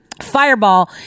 fireball